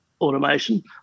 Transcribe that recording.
automation